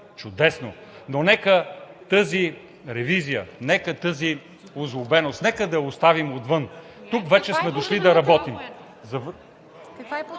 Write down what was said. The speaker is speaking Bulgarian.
Чудесно, но нека тази ревизия, нека тази озлобеност, да я оставим отвън. Тук вече сме дошли да работим.